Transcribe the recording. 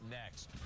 next